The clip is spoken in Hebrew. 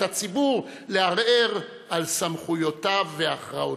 הציבור לערער על סמכויותיו והכרעותיו.